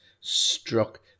struck